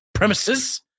Premises